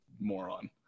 moron